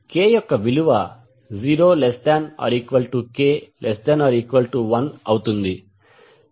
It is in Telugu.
K యొక్క విలువ 0≤k≤1అవుతుంది